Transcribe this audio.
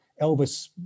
Elvis